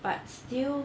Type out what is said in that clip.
but still